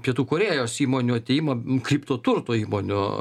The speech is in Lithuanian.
pietų korėjos įmonių atėjimą kripto turto įmonių